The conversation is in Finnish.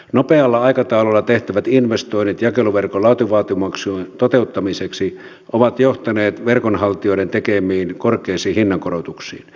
nopealla aikataululla tehtävät investoinnit jakeluverkon laatuvaatimuksien toteuttamiseksi ovat johtaneet verkonhaltijoiden tekemiin korkeisiin hinnankorotuksiin